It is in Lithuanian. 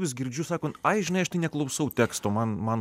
vis girdžiu sakun ai žinai aš tai neklausau teksto man man